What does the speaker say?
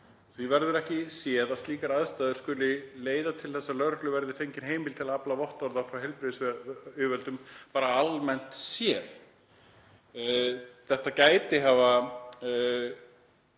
því verður ekki séð að slíkar aðstæður skuli leiða til þess að lögreglu verði fengin heimild til að afla vottorða frá heilbrigðisyfirvöldum bara almennt séð. Þetta gæti hafa